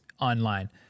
online